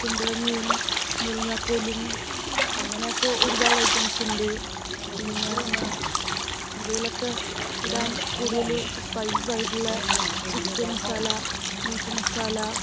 കുമ്പളങ്ങയും മുരിങ്ങാക്കോലും അങ്ങനെയൊക്കെ ഒരുപാട് ഐറ്റംസുണ്ട് പിന്നെ ഇവയിലൊക്കെ ഇടാൻ കൂടുതല് സ്പൈസസായിട്ടുള്ളെ ചിക്കൻ മസാല മീറ്റ് മസാല